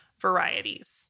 varieties